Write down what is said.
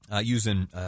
using